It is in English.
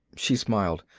she smiled.